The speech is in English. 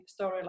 storyline